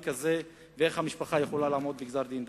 כזה ואיך המשפחה יכולה לעמוד בגזר-דין כזה.